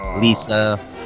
Lisa